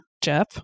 Jeff